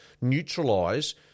neutralise